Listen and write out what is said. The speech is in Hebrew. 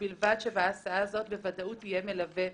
וזה לא בגלל שהיא מפונקת,